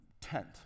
tent